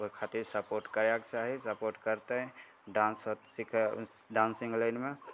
ओहि खातिर सपोर्ट करैके चाही सपोर्ट करतै डान्ससब सिखै डान्सिन्ग लाइनमे